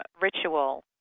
ritual